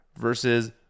versus